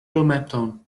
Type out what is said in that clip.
dometon